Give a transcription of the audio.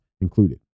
included